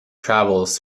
travels